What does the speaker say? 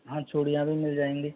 हाँ चूड़ियाँ भी मिल जाएंगी